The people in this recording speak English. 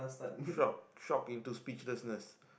shock shock into speechlessness